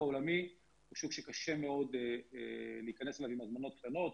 העולמי הוא שוק שקשה מאוד להיכנס אליו עם הזמנות קטנות.